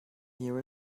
here